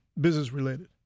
business-related